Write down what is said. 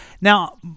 Now